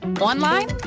online